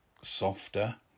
softer